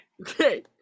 Okay